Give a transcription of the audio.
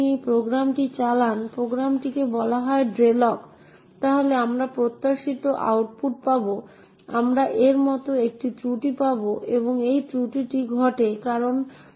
এই বিশেষ বৈশিষ্ট্য যাইহোক বেশিরভাগ আধুনিক অপারেটিং সিস্টেমে আমাদের কাছে ফাইলগুলির জন্য অ্যাক্সেস কন্ট্রোল পদ্ধতি রয়েছে যা ব্যবহারকারীদের প্রকৃতপক্ষে বিশেষাধিকার